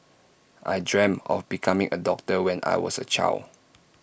I dreamt of becoming A doctor when I was A child